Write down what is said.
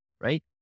right